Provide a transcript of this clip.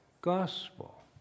gospel